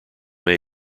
may